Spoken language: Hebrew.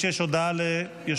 עשרה בעד, אין מתנגדים ואין נמנעים.